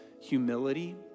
humility